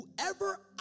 whoever